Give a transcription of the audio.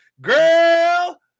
girl